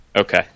Okay